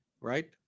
right